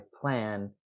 plan